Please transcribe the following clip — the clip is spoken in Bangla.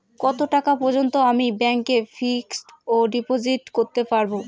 কত টাকা পর্যন্ত আমি ব্যাংক এ ফিক্সড ডিপোজিট করতে পারবো?